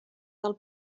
del